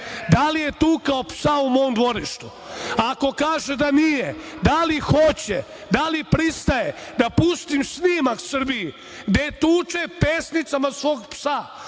da li je tukao psa u mom dvorištu? Ako kaže da nije, da li hoće, da li pristaje da pustim snimak Srbiji, gde je tuče pesnicama svog psa,